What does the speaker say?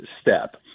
step